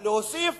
להוסיף